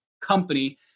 company